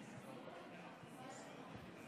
אדוני היושב-ראש, חבריי חברי הכנסת,